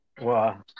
Wow